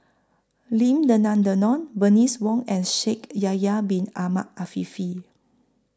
Lim Denan Denon Bernice Wong and Shaikh Yahya Bin Ahmed Afifi